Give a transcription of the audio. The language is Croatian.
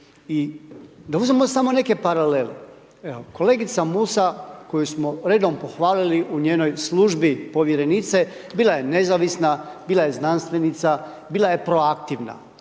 I da uzmemo samo neke paralele, evo, kolegica Musa, koju smo redom pohvalili u njenoj službi Povjerenice, bila je nezavisna, bila je znanstvenica, bila je proaktivna,